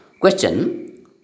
Question